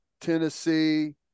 Tennessee